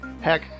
Heck